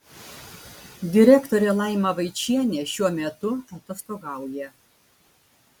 direktorė laima vaičienė šiuo metu atostogauja